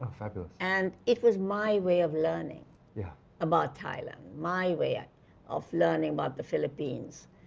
ah fabulous and it was my way of learning yeah about thailand, my way ah of learning about the philippines.